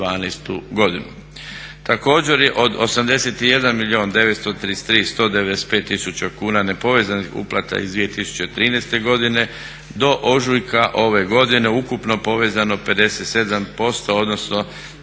godinu. Također je od 81 milijun 933 195 tisuća kuna nepovezanih uplata iz 2013. godine do ožujka ove godine ukupno povezano 57% odnosno